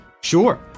sure